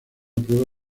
prueba